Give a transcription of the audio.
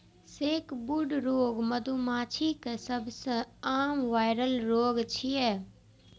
sacbrood रोग मधुमाछीक सबसं आम वायरल रोग छियै